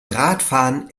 radfahren